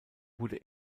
wurde